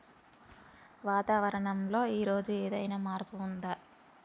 వాతావరణం లో ఈ రోజు ఏదైనా మార్పు ఉందా?